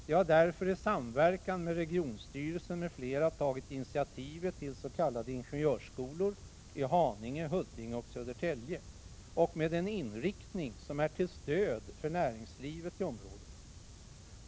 De har därför i samverkan med regionstyrelsen m.fl. tagit initiativet till s.k. ingenjörsskolor, i Haninge, Huddinge och Södertälje, med en inriktning som är till stöd för näringslivet i området.